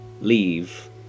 leave